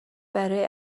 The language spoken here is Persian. برای